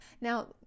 Now